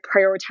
prioritize